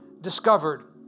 discovered